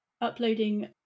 uploading